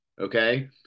Okay